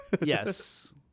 Yes